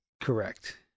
Correct